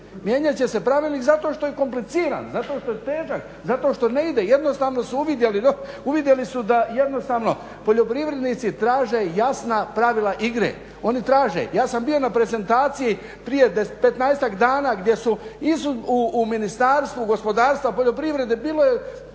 mijenjat će se pravilnik zato što je kompliciran, zato što je težak, zato što ne ide. Jednostavno su uvidjeli da jednostavno poljoprivrednici traže jasna pravila igre, oni traže. Ja sam bio na prezentaciji prije 15-tak dana gdje su u Ministarstvu gospodarstva, poljoprivrede bilo je